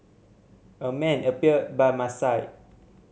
a man appeared by my side